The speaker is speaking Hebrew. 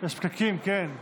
יש פקקים, כן.